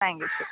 thank you ശരി